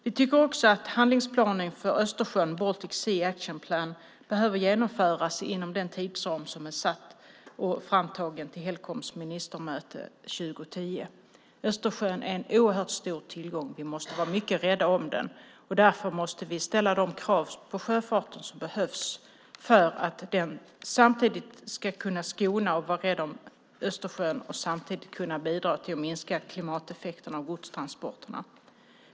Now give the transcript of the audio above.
Vi tycker också att handlingsplanen för Östersjön, Baltic Sea Action Plan, behöver genomföras inom den givna tidsramen och vara framtagen till Helcoms ministermöte 2010. Östersjön är en oerhört stor tillgång, och vi måste vara mycket rädda om den. Därför måste vi ställa de krav på sjöfarten som behövs för att den samtidigt ska kunna skona och vara rädd om Östersjön och samtidigt bidra till att minska klimateffekterna av godstransporterna.